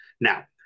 Now